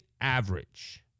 average